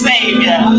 Savior